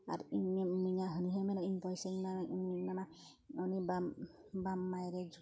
ᱟᱨ ᱤᱧᱮᱢ ᱤᱢᱟᱹᱧᱟ ᱦᱟᱱᱤ ᱦᱚᱸᱭ ᱢᱮᱱᱟ ᱤᱧ ᱯᱚᱭᱥᱟᱧ ᱮᱢᱟᱢᱟ ᱩᱱᱤ ᱵᱟᱢ ᱵᱟᱢ ᱮᱢᱟᱭ ᱨᱮ ᱡᱷᱩᱠ